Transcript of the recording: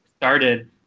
started